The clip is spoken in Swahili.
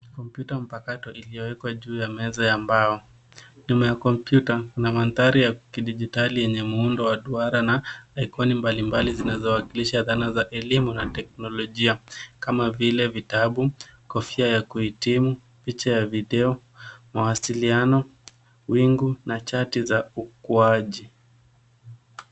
Kompyuta mpakato iliyowekwa juu ya meza ya mbao. Nyuma ya kompyuta kuna mandhari ya kidijitali yenye muundo wa duara na ikoni mbali mbali zinazowakilisha dhana za elimu na za teknolojia, kama vile vitabu, kofia ya kuhitimu, picha ya video, mawasiliano, wingu, na chati za ukuaji .